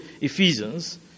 Ephesians